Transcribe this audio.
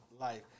life